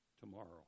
tomorrow